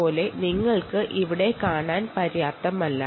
പക്ഷേ ഇത് ഇവിടെ കാണാൻ കഴിയില്ല